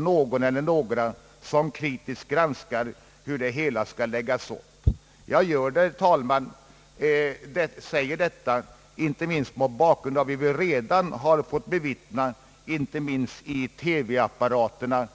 någon eller några kritiskt granskar hur det hela skall läggas upp. Jag säger detta, herr talman, inte minst mot bakgrunden av vad vi redan har fått bevittna i TV-apparaterna.